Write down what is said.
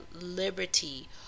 liberty